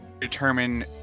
Determine-